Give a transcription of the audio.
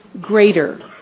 greater